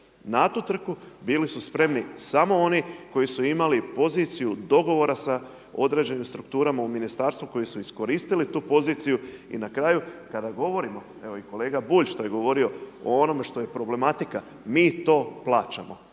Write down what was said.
Na tu trku bili su spremni samo oni koji su imali poziciju dogovora sa određenim strukturama u ministarstvu koji su iskoristili tu poziciju i na kraju kada govorimo, evo i kolega Bulj što je govorio o onome što je problematika, mi to plaćamo,